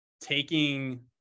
taking